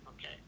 Okay